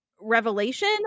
revelation